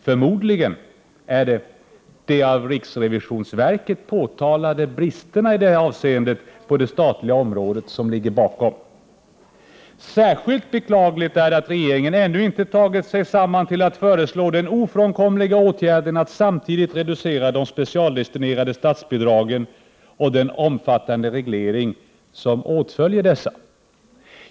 Förmodligen är det de av riksrevisionsverket påtalade bristerna i detta avseende på det statliga området som ligger bakom. Särskilt beklagligt är det att regeringen ännu inte har tagit sig samman till att föreslå den ofrånkomliga åtgärden att samtidigt reducera de specialdestinerade statsbidragen och den omfattande reglering som åtföljer dessa.